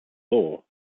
law